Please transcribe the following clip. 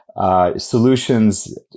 Solutions